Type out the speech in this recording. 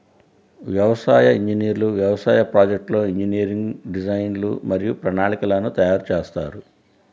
వ్యవసాయ ఇంజనీర్లు వ్యవసాయ ప్రాజెక్ట్లో ఇంజనీరింగ్ డిజైన్లు మరియు ప్రణాళికలను తయారు చేస్తారు